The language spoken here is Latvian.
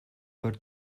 par